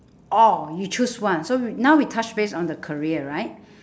oh you choose one so now we touch base on the career right